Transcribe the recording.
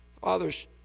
father's